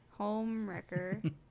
Homewrecker